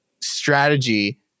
strategy